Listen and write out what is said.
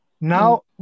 Now